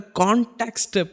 context